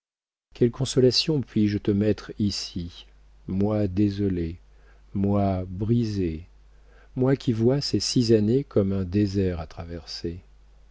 quelles consolations puis-je te mettre ici moi désolée moi brisée moi qui vois ces six années comme un désert à traverser